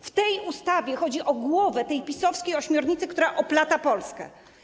W tej ustawie chodzi o głowę tej PiS-owskiej ośmiornicy, która oplata Polskę.